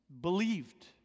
believed